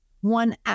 one